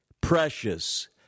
precious